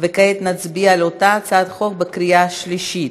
כעת נצביע על אותה הצעת חוק בקריאה שלישית.